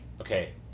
okay